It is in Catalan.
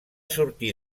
sortir